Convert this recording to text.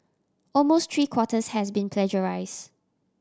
almost three quarters has been plagiarised